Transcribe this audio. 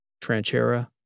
Tranchera